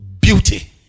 beauty